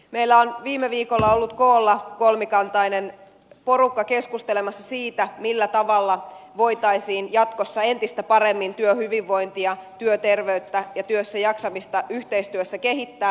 meillä on viime viikolla ollut koolla kolmikantainen porukka keskustelemassa siitä millä tavalla voitaisiin jatkossa entistä paremmin työhyvinvointia työterveyttä ja työssäjaksamista yhteistyössä kehittää